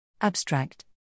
Abstract